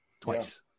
twice